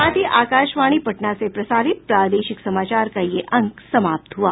इसके साथ ही आकाशवाणी पटना से प्रसारित प्रादेशिक समाचार का ये अंक समाप्त हुआ